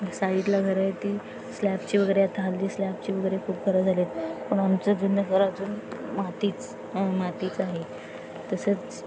साईडला घरं आहे ती स्लॅबची वगैरे आता हल्ली स्लॅबची वगैरे खूप घरं झाले आहेत पण आमचं जुनं घर अजून मातीचं मातीचं आहे तसंच